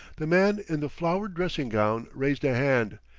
the man in the flowered dressing-gown raised a hand,